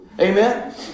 Amen